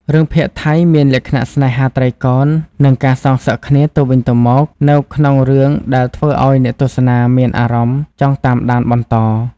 រឿងភាគថៃមានលក្ខណៈស្នេហាត្រីកោណនិងការសងសឹកគ្នាទៅវិញទៅមកនៅក្នុងរឿងដែលធ្វើឲ្យអ្នកទស្សនាមានអារម្មណ៍ចង់តាមដានបន្ត។